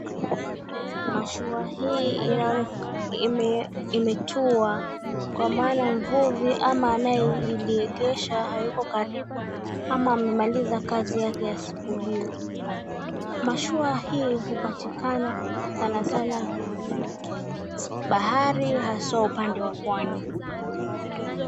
Mashua hii imetua, kwa maana mvuvi ama anayelilegesha hayuko karibu ama amemaliza kazi yake ya siku hiyo. Mashua hii hupatikana sana sana kwenye bahari, haswa upande wa pwani.